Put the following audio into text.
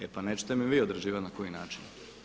E pa nećete mi vi određivati na koji način.